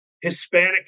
Hispanic